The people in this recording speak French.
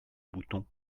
bouton